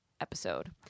episode